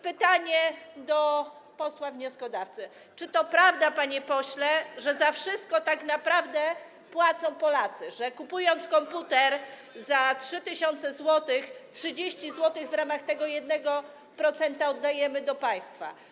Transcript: Pytanie do posła wnioskodawcy: Czy to prawda, panie pośle, że za wszystko tak naprawdę płacą Polacy, że kupując komputer za 3 tys. zł, 30 zł w ramach tego 1% oddajemy do państwa?